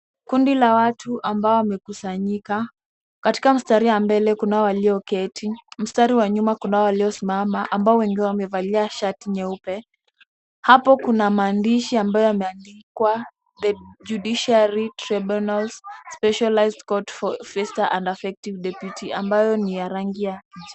Kundi la watu ambao wamekusanyika, katika mstari wa mbele kunao walioketi. Mstari wa nyuma kunao waliosimama ambao wengi wao wamevalia shati nyeupe. Hapo kuna maandishi ambayo yameandikwa The Judiciary Tribunals Specialised Court For faster and Effective Dispute Settlements ambayo ni ya rangi ya ...